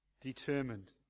determined